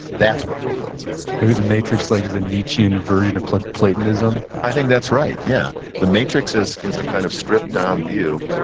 that's what fulfills us maybe the matrix like is a nietzschean version of platonism? i think that's right, yeah. the matrix is is a kind of stripped down view.